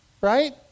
Right